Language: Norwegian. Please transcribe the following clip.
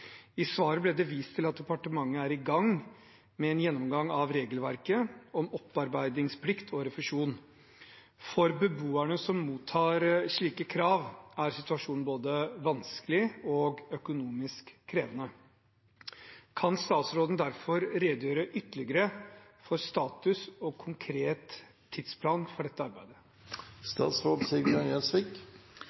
i gaten. I svaret ble det vist til at departementet er i gang med en gjennomgang av regelverket om opparbeidingsplikt og refusjon. For beboerne som mottar et slikt krav, er situasjonen både vanskelig og økonomisk krevende. Kan statsråden derfor redegjøre ytterligere for status og konkret tidsplan for dette